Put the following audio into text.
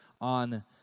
on